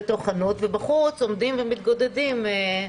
ובחוץ עומדים ומתגודדים.